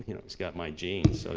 you know he's got my genes so,